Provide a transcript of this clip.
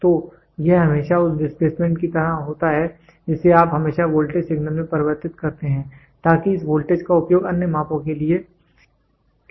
तो यह हमेशा उस डिस्प्लेसमेंट की तरह होता है जिसे आप हमेशा वोल्टेज सिग्नल में परिवर्तित करते हैं ताकि इस वोल्टेज का उपयोग अन्य मापों के लिए किया जा सके